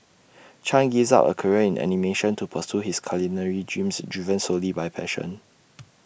chan gave up A career in animation to pursue his culinary dreams driven solely by passion